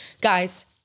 guys